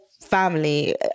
family